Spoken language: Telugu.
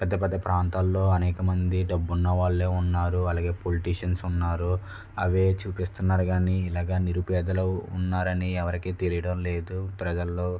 పెద్దపెద్ద ప్రాంతాల్లో అనేకమంది డబ్బున్న వాళ్ళే ఉన్నారు అలాగే పొలిటిషన్స్ ఉన్నారు అవే చూపిస్తున్నారు కానీ ఇలాగ నిరుపేదలు ఉన్నారని ఎవరికీ తెలియడం లేదు ప్రజల్లో